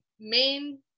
main